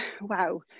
wow